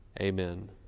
Amen